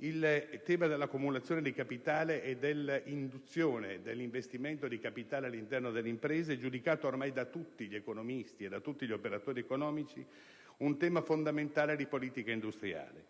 Il tema della cumulazione del capitale e dell'induzione all'investimento di capitale all'interno delle imprese è ormai giudicato da tutti gli economisti e da tutti gli operatori economici un tema fondamentale di politica industriale.